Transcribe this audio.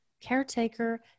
caretaker